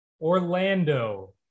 Orlando